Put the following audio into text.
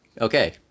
Okay